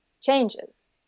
changes